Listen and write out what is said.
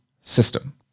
system